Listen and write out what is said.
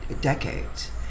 decades